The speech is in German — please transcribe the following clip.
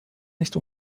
nicht